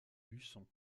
luçon